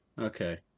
okay